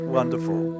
Wonderful